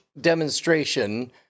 demonstration